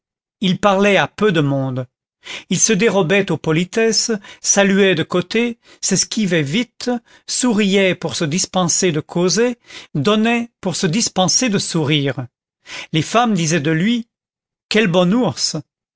il parlait à peu de monde il se dérobait aux politesses saluait de côté s'esquivait vite souriait pour se dispenser de causer donnait pour se dispenser de sourire les femmes disaient de lui quel bon ours